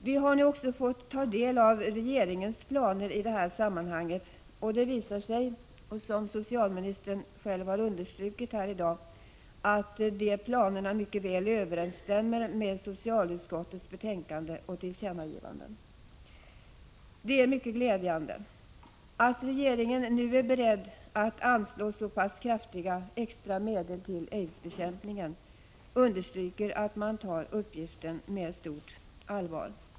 Vi har nu också fått ta del av regeringens planer i det här sammanhanget, och det visar sig — som socialministern själv här i dag har understrukit — att de planerna mycket väl överensstämmer med förslagen och tillkännagivandena i socialutskottets betänkande. Det är mycket glädjande. Att regeringen nu är beredd att anslå så pass mycket extra medel till aidsbekämpningen understryker att man verkligen tar uppgiften på allvar.